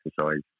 exercise